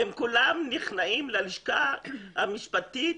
הם כולם נכנעים ללשכה המשפטית